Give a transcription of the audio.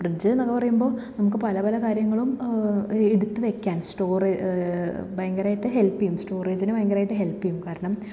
ഫ്രിഡ്ജ്ന്ന്ക്കെ പറയുമ്പോൾ നമുക്ക് പല പല കാര്യങ്ങളും എടുത്ത് വെയ്ക്കാൻ സ്റ്റോറ് ഭയങ്കരമായിട്ട് ഹെൽപ്പ് ചെയ്യും സ്റ്റോറേജിന് ഭയങ്കരമായിട്ട് ഹെൽപ്പ് ചെയ്യും കാരണം